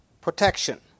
protection